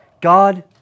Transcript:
God